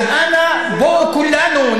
הוא לא מוחלט.